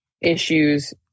issues